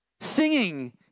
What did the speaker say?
Singing